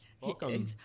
welcome